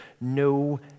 no